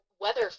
weather